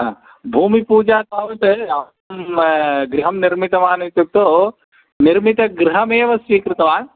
भूमिपूजा तावत् अहं गृहं निर्मितवान् इत्युक्तौ निर्मितगृहमेव स्वीकृतवान्